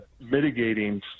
mitigating